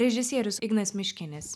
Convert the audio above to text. režisierius ignas miškinis